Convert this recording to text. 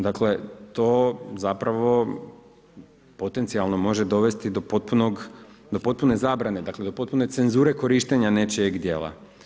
Dakle to zapravo potencijalno može dovesti do potpune zabrane, dakle do potpune cenzure korištenja nečijeg djela.